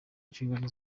inshingano